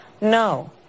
no